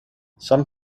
some